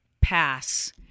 pass